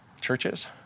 churches